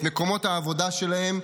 את מקומות העבודה שלהם,